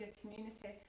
community